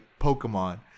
Pokemon